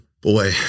Boy